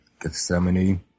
Gethsemane